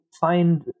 find